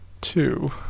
two